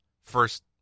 First